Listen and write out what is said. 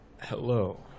Hello